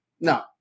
No